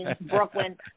Brooklyn